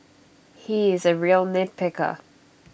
he is A real nitpicker